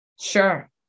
Sure